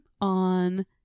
on